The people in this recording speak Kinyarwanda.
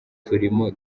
turimo